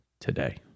today